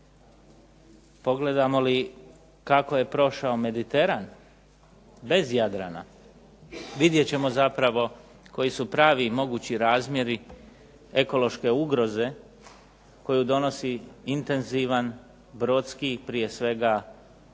Pogledamo li kako je prošao Mediteran, bez Jadrana vidjet ćemo zapravo koji su pravi mogući razmjeri ekološke ugroze koju donosi intenzivan brodski prije svega